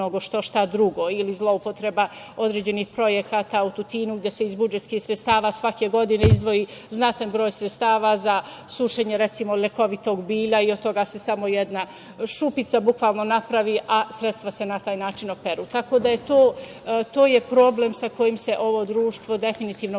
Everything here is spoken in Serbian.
štošta drugo, ili zloupotreba određenih projekata u Tutinu, gde se iz budžetskih sredstava svake godine izdvoji znatan broj sredstava za sušenje, recimo, lekovitog bilja, a od toga se samo jedna šupica napravi a sredstva se na taj način operu. To je problem sa kojim se ovo društvo definitivno